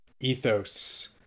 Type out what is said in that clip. ethos